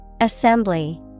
Assembly